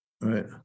Right